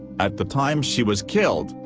at the time she was killed,